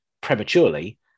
prematurely